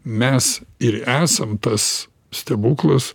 mes ir esam tas stebuklas